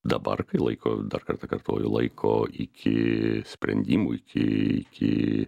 dabar kai laiko dar kartą kartoju laiko iki sprendimų iki iki